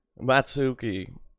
Matsuki